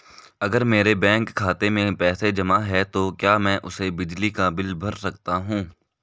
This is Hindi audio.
अगर मेरे बैंक खाते में पैसे जमा है तो क्या मैं उसे बिजली का बिल भर सकता हूं?